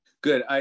Good